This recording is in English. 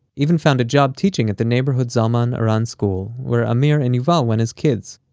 even found a job teaching at the neighborhood zalman aran school where amir and yuval went as kids.